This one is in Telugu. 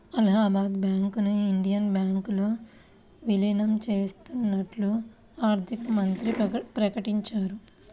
అలహాబాద్ బ్యాంకును ఇండియన్ బ్యాంకులో విలీనం చేత్తన్నట్లు ఆర్థికమంత్రి ప్రకటించారు